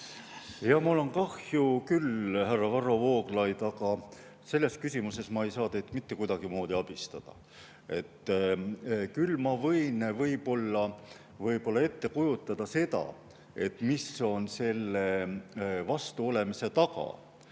on küll kahju, härra Varro Vooglaid, aga selles küsimuses ma ei saa teid mitte kuidagimoodi abistada. Küll ma võin võib-olla ette kujutada seda, mis on selle vastuolemise taga.